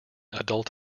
adult